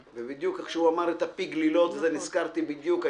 כשהוא הזכיר את פי גלילות נזכרתי בדיוק בעניין.